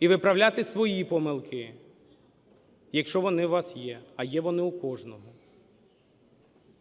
і виправляти свої помилки, якщо вони у вас є, а є вони у кожного.